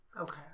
Okay